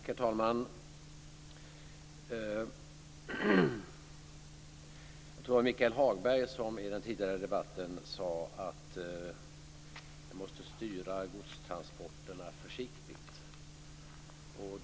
Herr talman! Jag tror att det var Michael Hagberg som tidigare i debatten sade att vi måste styra godstransporterna försiktigt.